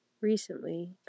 Recently